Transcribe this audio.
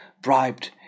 bribed